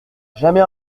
jamais